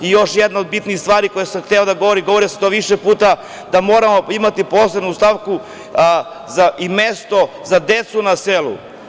Još jedna od bitnih stvari o kojoj sam hteo da govorim, govorio sam to više puta, da moramo imati posebnu stavku i mesto za decu na selu.